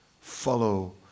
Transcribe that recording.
follow